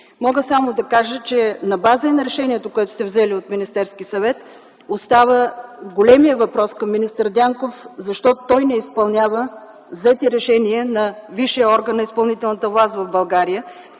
Мога само да кажа, че на база и на решението, което сте взели в Министерския съвет, остава големият въпрос към министър Дянков: защо той не изпълнява взети решения на висшия орган на изпълнителната власт в България?